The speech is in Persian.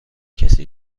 کسی